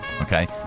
Okay